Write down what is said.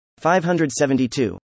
572